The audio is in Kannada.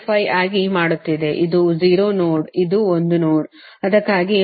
25 ಆಗಿ ಮಾಡುತ್ತಿದೆ ಇದು 0 ನೋಡ್ ಇದು ಒಂದು ನೋಡ್ ಅದಕ್ಕಾಗಿಯೇ ಮೈನಸ್ j 1